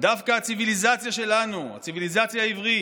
דווקא הציוויליזציה שלנו, הציוויליזציה העברית,